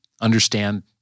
understand